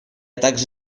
также